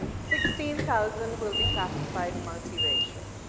sixteen thousand will be classified multi-racial.